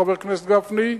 חבר הכנסת גפני,